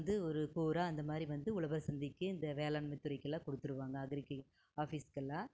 வந்து ஊருக்கு ஊராக அந்த மாதிரி வந்து உழவர் சந்தைக்கு இந்த வேளாண்மை துறைக்கெல்லாம் கொடுத்துருவாங்க அக்ரிக்கு ஆஃபிஸ்க்கெல்லாம்